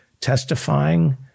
testifying